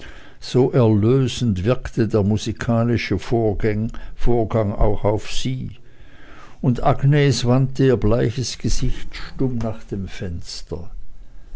so erlösend wirkte der musikalische vorgang auch auf sie und agnes wandte ihr bleiches gesicht stumm nach dem fenster